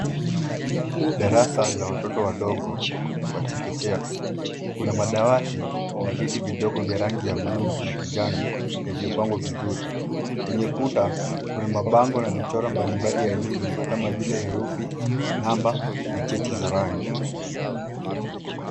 Darasa la watoto wadogo wa chekechea. Kuna madawati na viti vidogo vya rangi ya bluu na kijani yaliyopangwa vizuri. Kwenye kuta kuna mabango na michoro mbalimbali ya elimu kama vile herufi, namba na cheti za rangi.